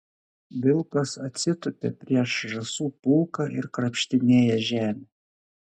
vilkas atsitupia prieš žąsų pulką ir krapštinėja žemę